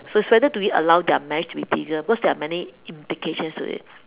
so it's whether do we allow their marriage to be legal because there are many implications to it